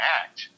act